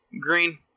Green